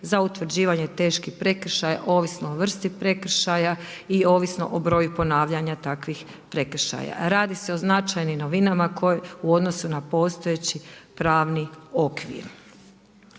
za utvrđivanje teških prekršaja ovisno o vrsti prekršaja i ovisno o broju ponavljanja takvih prekršaja. Radi se o značajnim novinama u odnosu na postojeći pravni okvir.